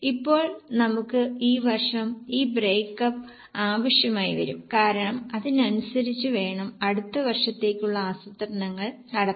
ഇപ്പോൾ നമുക്ക് ഈ വർഷം ഈ ബ്രേക്ക് അപ്പ് ആവശ്യമായി വരും കാരണം അതിനനുസരിച്ച് വേണം അടുത്ത വർഷത്തേക്കുള്ള ആസൂത്രണങ്ങൾ നടത്താൻ